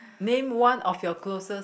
name one of your grocers